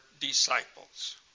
disciples